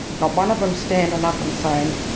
not one of them standing up and saying,